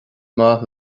maith